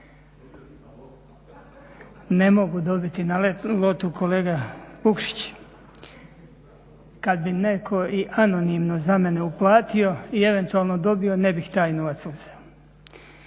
Ne mogu dobiti na lotu kolega Vukšić. Kad bi netko i anonimno za mene uplatio i eventualno dobio ne bih taj novac uzeo.